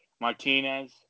Martinez